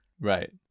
Right